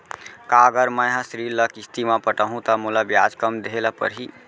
का अगर मैं हा ऋण ल किस्ती म पटाहूँ त मोला ब्याज कम देहे ल परही?